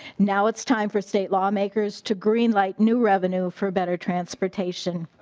now it is time for state lawmakers to greenlight new revenue for better transportation.